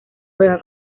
juega